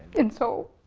and so